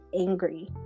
angry